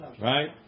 right